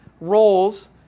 roles